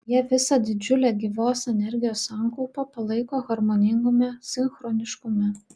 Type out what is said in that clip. jie visą didžiulę gyvos energijos sankaupą palaiko harmoningame sinchroniškume